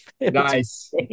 Nice